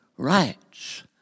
rights